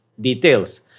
details